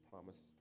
promise